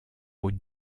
aux